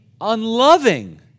unloving